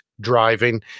driving